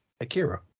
Akira